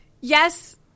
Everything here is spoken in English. yes